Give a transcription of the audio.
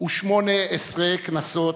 ו-18 כנסות,